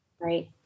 Right